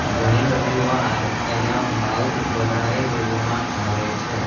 ઘણી બધી વાર તેના ભાવ વધારે લેવામાં આવે છે